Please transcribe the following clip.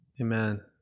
Amen